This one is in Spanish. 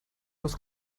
los